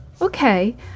Okay